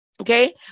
Okay